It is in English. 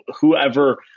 whoever